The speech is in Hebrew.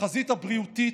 בחזית הבריאותית,